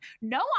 no